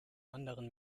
anderen